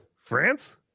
France